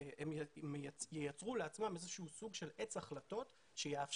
הם ייצרו לעצמם איזשהו סוג של עץ החלטות שיאפשר